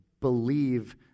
believe